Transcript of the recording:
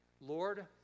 Lord